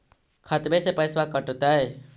खतबे से पैसबा कटतय?